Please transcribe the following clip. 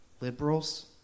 liberals